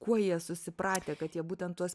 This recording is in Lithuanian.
kuo jie susipratę kad jie būtent tuos